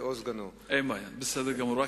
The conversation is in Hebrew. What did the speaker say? אין בעיה, בסדר גמור.